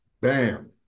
bam